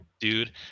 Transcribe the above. dude